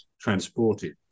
transported